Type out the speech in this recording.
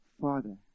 Father